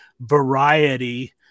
Variety